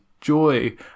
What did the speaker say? joy